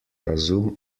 razum